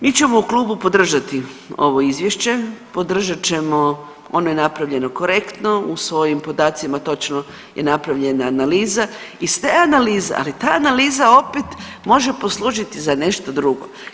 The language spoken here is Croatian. Mi ćemo u klubu podržati ovo izvješće, podržat ćemo ono je napravljeno korektno u svojim podacima točno je napravljena analiza iz te analize, ali ta analiza opet može poslužiti za nešto drugo.